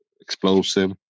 explosive